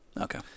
Okay